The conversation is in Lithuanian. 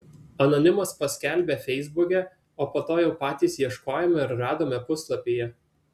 anonimas paskelbė feisbuke o po to jau patys ieškojome ir radome puslapyje